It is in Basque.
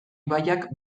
ibaiak